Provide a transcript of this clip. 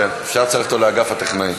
כן, אפשר לצרף אותו לאגף הטכנאים.